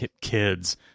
kids